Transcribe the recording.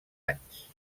anys